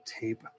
tape